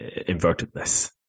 invertedness